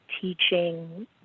teaching